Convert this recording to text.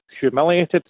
Humiliated